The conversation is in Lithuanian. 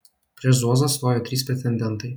prieš zuozą stojo trys pretendentai